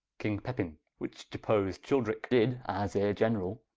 king pepin, which deposed childerike, did as heire generall,